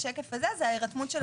הזה,